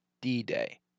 D-Day